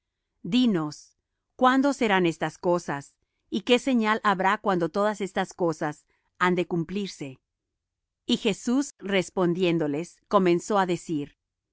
dinos cuándo serán estas cosas y qué señal habrá cuando todas estas cosas han de cumplirse y jesús respondiéndoles comenzó á decir